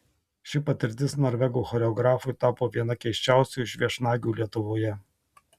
ši patirtis norvegų choreografui tapo viena keisčiausių iš viešnagių lietuvoje